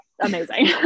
amazing